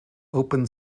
open